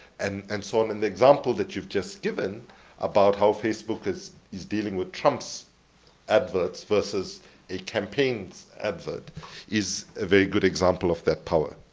and and so, in the example that you've just given about how facebook is is dealing with trump's adverts versus a campaign's advert is a very good example of that power.